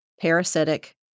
parasitic